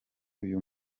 uyu